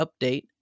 update